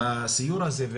בסיור הזה.